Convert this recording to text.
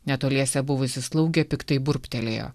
netoliese buvusi slaugė piktai burbtelėjo